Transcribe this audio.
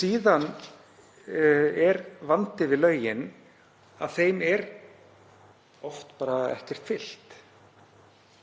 Síðan er vandi við lögin að þeim er oft ekki fylgt.